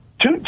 two